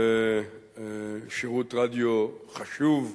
כשירות רדיו חשוב,